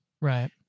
right